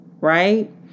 right